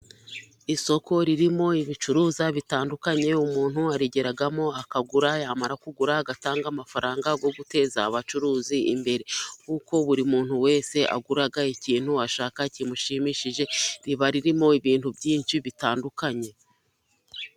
Isoko ririmo ibicuruza bitandukanye, umuntu arigeramo akagura, yamara kugura agatanga amafaranga, yoguteza abacuruzi imbere kuko buri muntu wese agura ikintu ashaka kimushimishije, riba ririmo ibintu byinshi bitandukanye.